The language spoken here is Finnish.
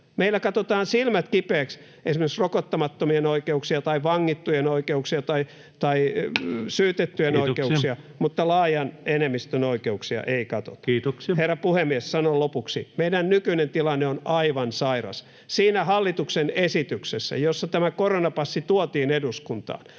Meillä katsotaan silmät kipeiksi esimerkiksi rokottamattomien oikeuksia tai vangittujen oikeuksia tai syytettyjen oikeuksia, [Puhemies: Kiitoksia!] mutta laajan enemmistön oikeuksia ei katsota. [Puhemies: Kiitoksia!] Herra puhemies! Sanon lopuksi: Meidän nykyinen tilanne on aivan sairas. Siinä hallituksen esityksessä, jossa tämä koronapassi tuotiin eduskuntaan,